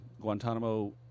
guantanamo